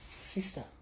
Sister